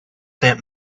that